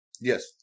Yes